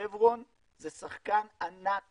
שברון זה שחקן ענק